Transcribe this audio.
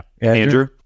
andrew